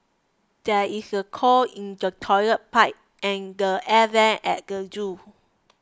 there is a clog in the Toilet Pipe and the Air Vents at the zoo